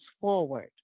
forward